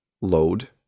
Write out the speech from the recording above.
load